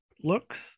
looks